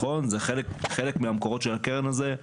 חלק מהמקורות של הקרן הזה,